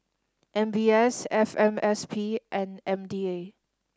M B S F M S P and M D A